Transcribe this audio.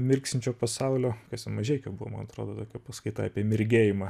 mirksinčio pasaulio kas ten mažeikio buvo man atrodo tokia paskaita apie mirgėjimą